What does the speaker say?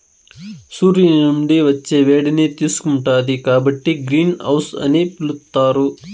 సూర్యుని నుండి వచ్చే వేడిని తీసుకుంటాది కాబట్టి గ్రీన్ హౌస్ అని పిలుత్తారు